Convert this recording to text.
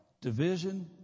division